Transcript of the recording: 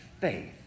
faith